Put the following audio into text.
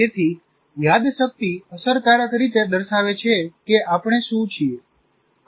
તેથી યાદશક્તિ અસરકારક રીતે દર્શાવે છે કે આપણે શું છીએ'